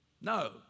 No